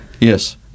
Yes